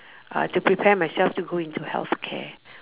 uh to prepare myself to go into healthcare